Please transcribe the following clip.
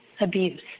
abuse